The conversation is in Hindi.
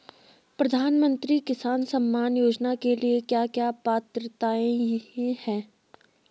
प्रधानमंत्री किसान सम्मान योजना के लिए क्या क्या पात्रताऐं हैं?